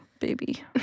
baby